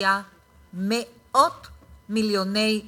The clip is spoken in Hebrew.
להשקיע מאות מיליוני שקלים.